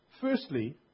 Firstly